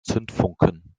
zündfunken